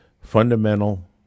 fundamental